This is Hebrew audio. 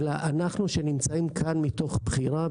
אלא אנחנו נמצאים כאן מתוך בחירה.